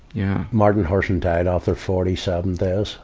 yeah. martin hurson died after forty seven days